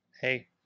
Hey